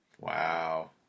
Wow